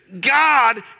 God